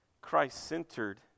christ-centered